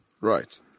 Right